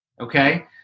okay